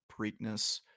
Preakness